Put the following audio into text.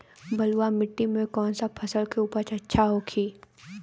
बलुआ मिट्टी में कौन सा फसल के उपज अच्छा होखी?